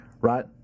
right